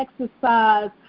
exercise